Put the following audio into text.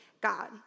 God